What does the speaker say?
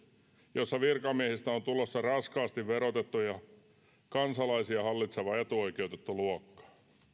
jossa virkamiehistä on tulossa raskaasti verotettuja kansalaisia hallitseva etuoikeutettu luokka